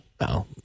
No